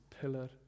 pillar